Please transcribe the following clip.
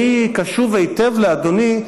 אני קשוב היטב לאדוני,